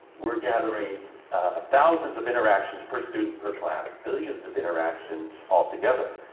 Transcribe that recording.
we're gathering thousands of interactions per student per class, billions of interactions all together,